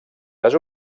les